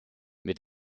mit